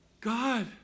God